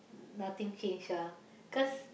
nothing change ah cause